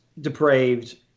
depraved